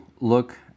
look